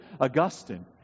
Augustine